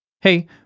hey